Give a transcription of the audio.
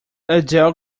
adele